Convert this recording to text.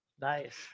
Nice